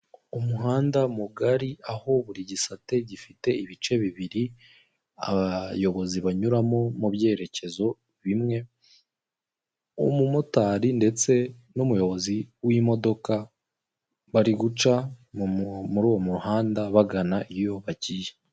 Umuhanda mugari aho buri gisate gifite ibice bibiri abayobozi banyuramo mu byerekezo bimwe, umumotari ndetse n'umuyobozi w'imodoka bari guca muri uwo muhanda bagana iyo bagiye.